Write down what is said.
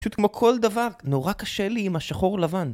פשוט כמו כל דבר, נורא קשה לי עם השחור לבן.